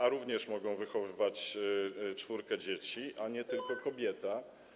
Oni również mogą wychowywać czwórkę dzieci, nie tylko kobieta.